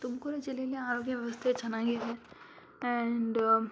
ತುಮಕೂರು ಜಿಲ್ಲೆಯಲ್ಲಿ ಆರೋಗ್ಯ ವ್ಯವಸ್ಥೆ ಚೆನ್ನಾಗಿದೆ ಆ್ಯಂಡ್